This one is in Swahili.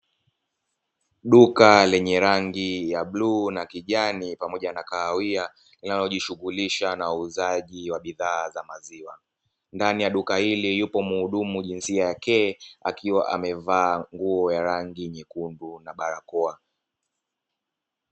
Duka lenye rangi ya bluu na kijani pamoja na kahawia linalojishughulisha na uuzaji wa bidhaa za maziwa. Ndani ya duka hili yupo mhudumu mwenye jinsia 'ke' akiwa amevaa nguo ya rangi nyekundu na barakoa.